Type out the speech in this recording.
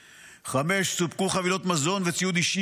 5. סופקו חבילות מזון וציוד אישי